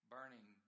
Burning